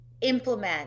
implement